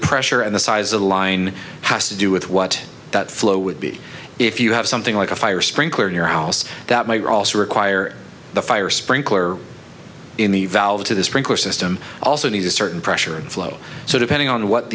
pressure and the size of the line has to do with what that flow would be if you have something like a fire sprinkler in your house that might also require the fire sprinkler in the valve to the sprinkler system also needs a certain pressure flow so depending on what